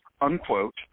unquote